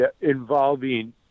involving